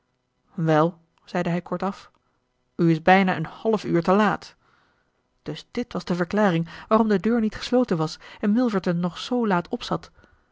wel zeide hij kortaf u is bijna een half uur te laat dus dit was de verklaring waarom de deur niet gesloten was en milverton nog zoo laat opzat